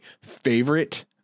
favorite